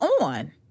on